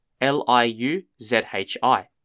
L-I-U-Z-H-I